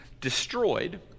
destroyed